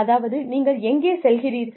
அதாவது நீங்கள் எங்கே செல்கிறீர்கள்